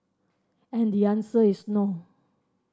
and the answer is no